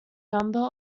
number